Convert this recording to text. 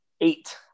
Eight